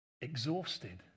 exhausted